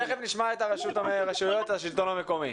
תיכף נשמע את השלטון המקומי.